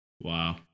Wow